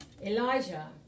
Elijah